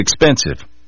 expensive